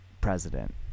president